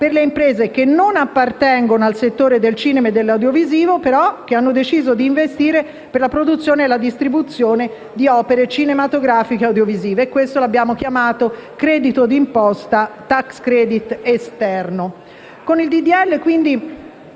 per le imprese che non appartengono al settore del cinema e dell'audiovisivo, ma che hanno deciso di investire per la produzione e la distribuzione di opere cinematografiche audiovisive. Il nome che gli abbiamo dato è *tax credit* esterno.